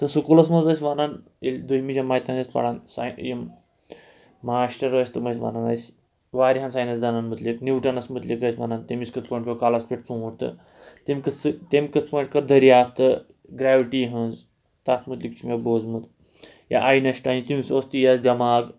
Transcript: تہٕ سکوٗلَس منٛز ٲسۍ وَنان ییٚلہِ دوٚیمہِ جماعتہِ تام ٲسۍ پَران سانہِ یِم ماشٹر ٲسۍ تِم ٲسۍ وَنان اَسہِ واریاہَن ساینَس دانَن مُتعلِق نیوٗٹَنَس مُتعلِق ٲسۍ وَنان تٔمِس کِتھ پٲٹھۍ پیوٚو کَلَس پٮ۪ٹھ ژوٗنٛٹھ تہٕ تٔمۍ کِتھ تٔمۍ کِتھ پٲٹھۍ کٔر دٔریافتہٕ گرٛیوِٹی ہٕنٛز تَتھ مُتعلِق چھُ مےٚ بوٗزمُت یا آینَسٹاین تٔمِس اوس تیز دٮ۪ماغ